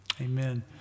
Amen